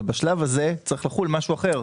ובשלב הזה צריך לחול משהו אחר.